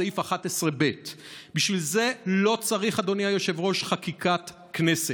סעיף 11ב. בשביל זה לא צריך חקיקת כנסת,